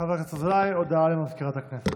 חבר הכנסת אזולאי, הודעה לסגנית מזכיר הכנסת.